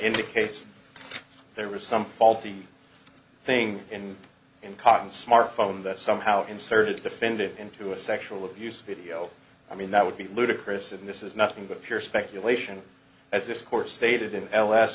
indicates there was some faulty thing in in cotton smartphone that somehow inserted defended into a sexual abuse video i mean that would be ludicrous and this is nothing but pure speculation as this court stated in l